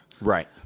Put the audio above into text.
Right